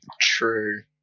True